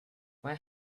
where